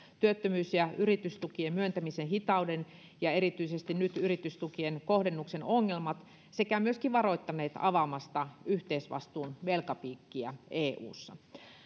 työttömyys ja yritystukien myöntämisen hitauden ja erityisesti nyt yritystukien kohdennuksen ongelmat sekä myöskin varoittaneet avaamasta yhteisvastuun velkapiikkiä eussa